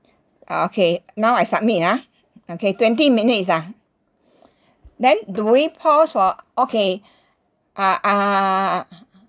okay now I submit ah okay twenty minutes lah then do we pause or okay uh uh